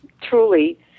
truly